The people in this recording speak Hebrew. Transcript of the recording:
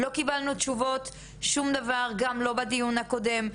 לא קיבלנו תשובות על שום שאלה, גם לא בדיון הקודם.